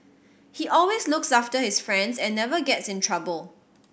he always looks after his friends and never gets in trouble